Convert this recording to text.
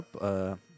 up